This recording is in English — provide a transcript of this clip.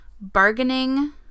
Bargaining